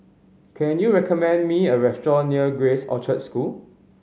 can you recommend me a restaurant near Grace Orchard School